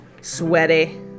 sweaty